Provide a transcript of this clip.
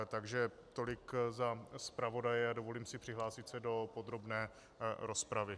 Takže tolik za zpravodaje a dovolím si přihlásit se do podrobné rozpravy.